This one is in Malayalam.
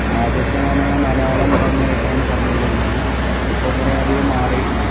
ആദ്യമൊക്കെ എന്ന് പറഞ്ഞ് കഴിഞ്ഞാൽ മലയാളം തന്നെയായിട്ടാണ് പറഞ്ഞോണ്ടിരുന്നത് ഇപ്പം കുറേയധികം മാറിയിട്ടുണ്ട്